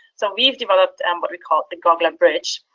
so we've developed and what we call the gogla bridge,